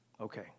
okay